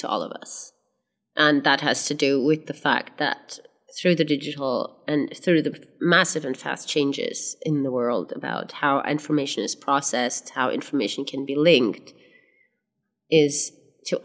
to all of us and that has to do with the fact that through the digital and through the massive and fast changes in the world about how information is processed how information can be linked is to